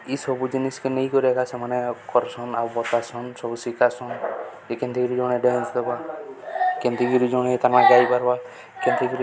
ଇସବୁ ଜିନିଷ ନେଇ କରି ଏକା ସେମାନେ କରସନ୍ ଆଉ ବତାସନ୍ ସବୁ ଶିଖାସନ୍ ଯେ କେମନ୍ତି କରି ଜଣେ ଡ୍ୟାନ୍ସ ଦେବା କେମନ୍ତି କରି ଜଣେ ତୁମେ ଯାଇପାରବା କେମନ୍ତି କରି